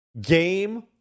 Game